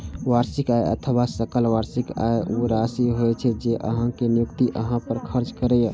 वार्षिक आय अथवा सकल वार्षिक आय ऊ राशि होइ छै, जे अहांक नियोक्ता अहां पर खर्च करैए